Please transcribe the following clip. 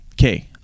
Okay